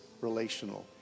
relational